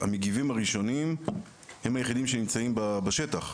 המגיבים הראשונים הם היחידים שנמצאים בשטח.